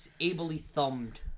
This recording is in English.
ably-thumbed